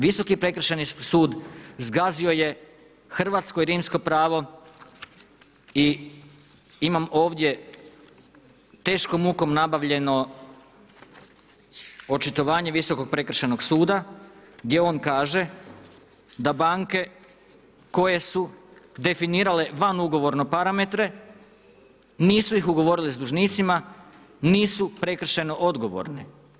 Visoki prekršajni sud, zgazio je hrvatsko rimsko pravo i imam ovdje teškom mukom nabavljeno očitovanje Visokog prekršajnog suda, gdje on kaže, da banke koje su definirale van ugovorno parametre, nisu ih ugovorili sa dužnicima, nisu prekršajno odgovorni.